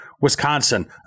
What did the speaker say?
Wisconsin